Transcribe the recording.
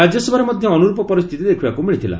ରାଜ୍ୟସଭାରେ ମଧ୍ୟ ଅନୁରୂପ ପରିସ୍ଥିତି ଦେଖିବାକୁ ମିଳିଥିଲା